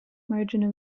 margin